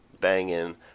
banging